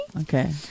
Okay